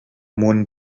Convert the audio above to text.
món